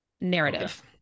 narrative